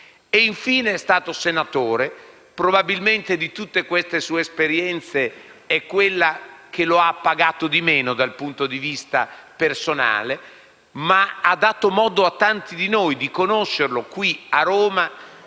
Infine, è stato senatore. Probabilmente, di tutte le sue esperienze è quella che lo ha appagato di meno dal punto di vista personale, ma ha dato modo a tanti di noi di conoscerlo qui a Roma,